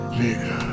nigga